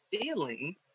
feeling